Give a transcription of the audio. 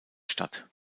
stadt